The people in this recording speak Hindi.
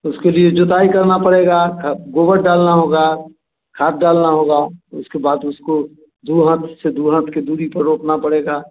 उसके लिए जोताई करना पड़ेगा ख गोबर डालना होगा खाद डालना होगा उसके बाद उसको दो हाँथ से दो हाँथ के दुरी पर रोपना पड़ेगा